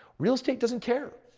real estate doesn't care.